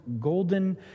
golden